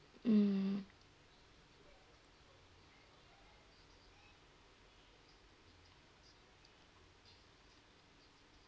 mm